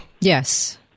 Yes